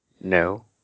No